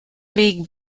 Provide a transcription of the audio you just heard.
league